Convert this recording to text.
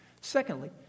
Secondly